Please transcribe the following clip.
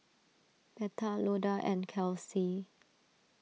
Betha Loda and Kelsie